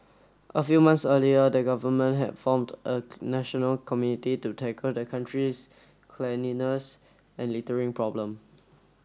a few months earlier the government had formed a national community to tackle the country's cleanliness and littering problem